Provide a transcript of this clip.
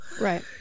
right